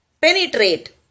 penetrate